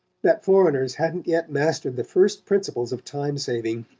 that foreigners hadn't yet mastered the first principles of time-saving.